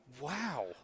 Wow